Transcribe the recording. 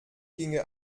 ginge